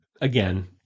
again